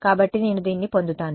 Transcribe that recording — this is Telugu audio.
కాబట్టి నేను దీన్ని పొందుతాను